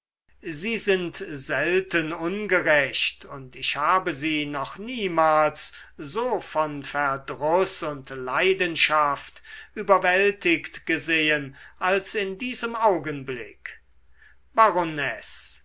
sie sind selten ungerecht und ich habe sie noch niemals so von verdruß und leidenschaft überwältigt gesehen als in diesem augenblick